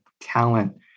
talent